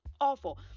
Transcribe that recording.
awful